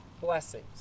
blessings